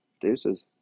Deuces